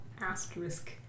asterisk